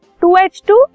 2H2